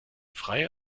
freie